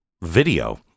video